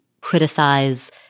criticize